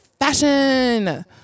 fashion